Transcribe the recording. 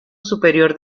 superior